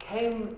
came